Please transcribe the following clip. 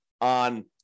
on